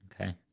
Okay